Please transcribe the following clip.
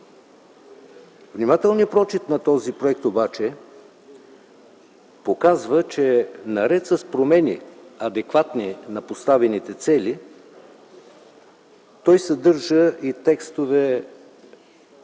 Внимателният прочит на този проект обаче показва, че наред с промени, адекватни на поставените цели, той съдържа и текстове